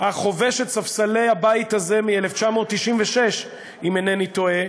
החובש את ספסלי הבית הזה מ-1996, אם אינני טועה,